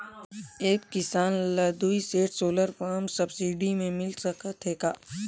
एक किसान ल दुई सेट सोलर पम्प सब्सिडी मे मिल सकत हे का?